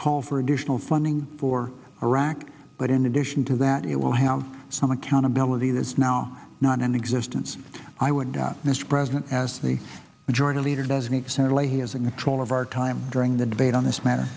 call for additional funding for iraq but in addition to that it will have some accountability that's now not in existence i would doubt mr president as the majority leader does make senator leahy has a control of our time during the debate on this matter